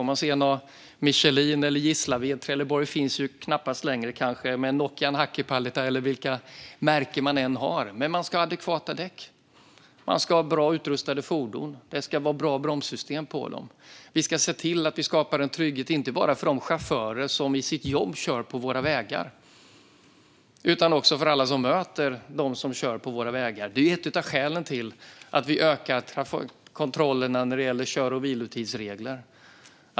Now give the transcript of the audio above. Om man sedan har Michelin, Gislaved, Nokian Hakkapeliitta eller vilka märken man än har - Trelleborg finns väl kanske inte längre - ska man ha adekvata däck. Man ska ha bra utrustade fordon. Det ska vara bra bromssystem på dem. Vi ska se till att skapa trygghet för inte bara de chaufförer som i sitt jobb kör på vägarna utan också för alla som möter dem som kör på vägarna. Detta är ett av skälen till att vi ökar kontrollerna när det gäller kör och vilotidsregler.